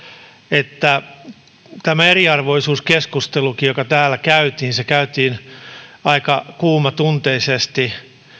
että tämän eriarvoisuuskeskustelunkaan jälkeen joka täällä käytiin ja käytiin aika kuumatunteisesti